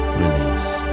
release